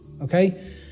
okay